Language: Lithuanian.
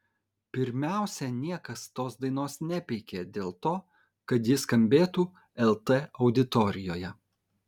pirmiausia niekas tos dainos nepeikė dėl to kad ji skambėtų lt auditorijoje